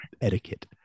Etiquette